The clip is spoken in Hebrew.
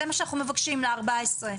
זה מה שאנחנו מבקשים לארבע עשרה.